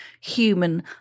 human